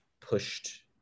pushed